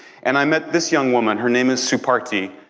and i met this young woman, her name is supartie.